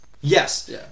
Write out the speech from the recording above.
Yes